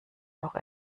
noch